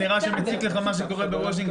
זה נראה שמציק לך מה שקורה בוושינגטון...